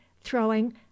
throwing